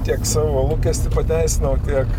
tiek savo lūkestį pateisinau tiek